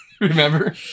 Remember